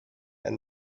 and